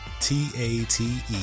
t-a-t-e